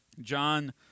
John